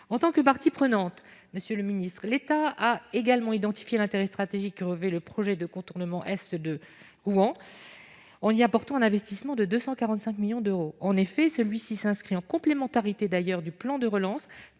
en tant que partie prenante, Monsieur le Ministre, l'État a également identifié l'intérêt stratégique que revêt le projet de contournement Est de Rouen on y apportons un investissement de 245 millions d'euros, en effet, celui-ci s'inscrit en complémentarité d'ailleurs du plan de relance